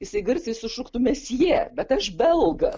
jisai garsiai sušuktų mesjė bet aš belgas